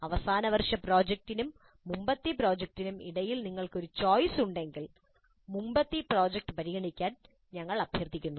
അവസാന വർഷ പ്രോജക്റ്റിനും മുമ്പത്തെ പ്രോജക്റ്റിനും ഇടയിൽ നിങ്ങൾക്ക് ഒരു ചോയിസ് ഉണ്ടെങ്കിൽ മുമ്പത്തെ പ്രോജക്റ്റ് പരിഗണിക്കാൻ ഞങ്ങൾ അഭ്യർത്ഥിക്കുന്നു